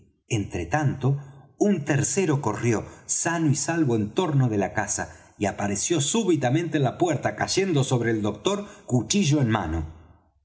entre tanto un tercero corrió sano y salvo en torno de la casa y apareció súbitamente en la puerta cayendo sobre el doctor cuchillo en mano